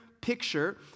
picture